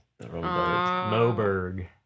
Moberg